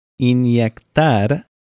inyectar